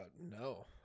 No